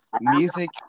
music